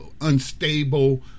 unstable